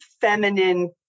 feminine